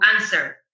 answer